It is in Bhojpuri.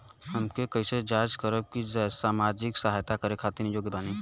हम कइसे जांच करब की सामाजिक सहायता करे खातिर योग्य बानी?